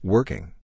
Working